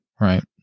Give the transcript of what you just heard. right